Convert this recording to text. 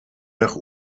nach